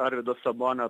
arvydo sabonio